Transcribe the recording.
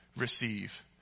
receive